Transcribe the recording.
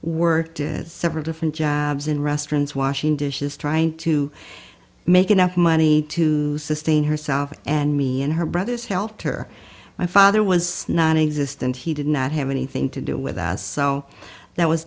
worked as several different jobs in restaurants washing dishes trying to make enough money to sustain herself and me and her brothers helped her my father was not exist and he did not have anything to do with us so that was